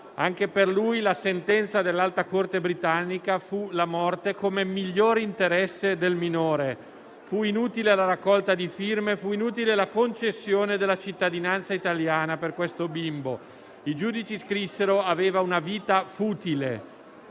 Anche per lui la sentenza dell'Alta corte britannica fu la morte come migliore interesse del minore. Fu inutile la raccolta di firme, fu inutile la concessione della cittadinanza italiana per questo bimbo. I giudici scrissero che aveva una vita futile.